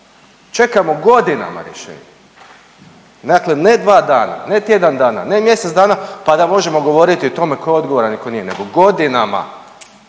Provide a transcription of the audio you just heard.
Čekamo godinama rješenje. Dakle, ne dva dana, ne tjedan dana, ne mjesec dana pa da možemo govoriti o tome tko je odgovoran i tko nije nego godinama,